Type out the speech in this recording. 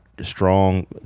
strong